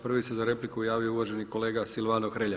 Prvi se za repliku javio uvaženi kolega Silvano Hrelja.